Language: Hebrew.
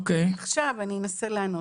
עכשיו אני אנסה לענות.